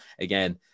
again